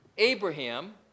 Abraham